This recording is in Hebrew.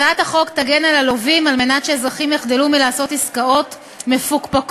הצעת החוק תגן על הלווים כדי שאזרחים יחדלו לעשות עסקאות מפוקפקות.